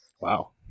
Wow